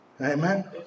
Amen